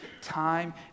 time